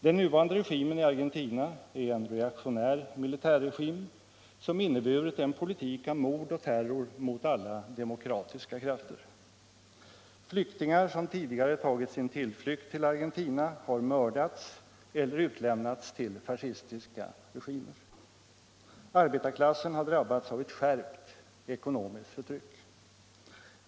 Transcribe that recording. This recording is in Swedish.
Den nuvarande regimen i Argentina är en reaktionär militärregim, som inneburit en politik av mord och terror mot allia demokratiska krafter. Flyktingar som tidigare tagit sin tillflykt till Argentina har mördats eller utlämnats till fascistiska regimer. Arbetarklassen har drabbats av eu skärpt ekonomiskt förtryck.